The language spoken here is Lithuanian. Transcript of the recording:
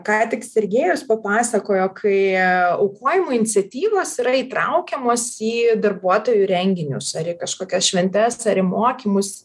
ką tik sergėjus papasakojo kai aukojimo iniciatyvos yra įtraukiamos į darbuotojų renginius ar į kažkokias šventes ar į mokymus